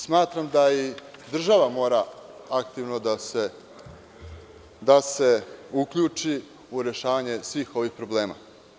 Smatram da i država mora aktivno da se uključi u rešavanje svih ovih problema.